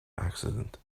accident